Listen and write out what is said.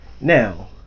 now